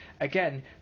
Again